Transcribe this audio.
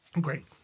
Great